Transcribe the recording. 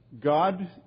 God